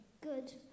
Good